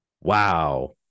wow